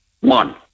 One